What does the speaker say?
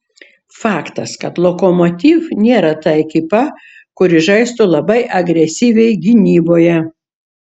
faktas kad lokomotiv nėra ta ekipa kuri žaistų labai agresyviai gynyboje